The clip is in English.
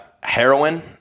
Heroin